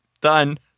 done